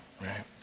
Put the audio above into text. right